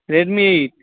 Redmi